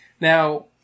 Now